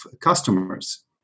customers